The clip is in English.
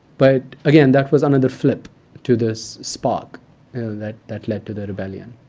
but again, that was another flip to this spark and that that led to the rebellion.